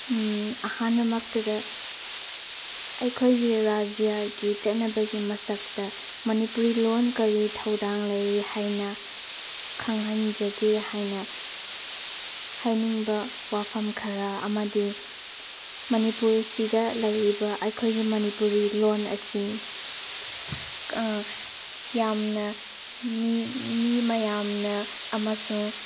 ꯑꯍꯥꯟꯕꯃꯛꯇꯗ ꯑꯩꯈꯣꯏꯒꯤ ꯔꯥꯖ꯭ꯌꯒꯤ ꯆꯠꯅꯕꯒꯤ ꯃꯁꯛꯇ ꯃꯅꯤꯄꯨꯔꯤ ꯂꯣꯟ ꯀꯔꯤ ꯊꯧꯗꯥꯡ ꯂꯩꯔꯤ ꯍꯥꯏꯅ ꯈꯪꯍꯟꯖꯒꯦ ꯍꯥꯏꯅ ꯍꯥꯏꯅꯤꯡꯕ ꯋꯥꯐꯝ ꯈꯔ ꯑꯃꯗꯤ ꯃꯅꯤꯄꯨꯔꯁꯤꯗ ꯂꯩꯔꯤꯕ ꯑꯩꯈꯣꯏꯒꯤ ꯃꯅꯤꯄꯨꯔꯤ ꯂꯣꯟ ꯑꯁꯤ ꯌꯥꯝꯅ ꯃꯤ ꯃꯤ ꯃꯌꯥꯝꯅ ꯑꯃꯁꯨꯡ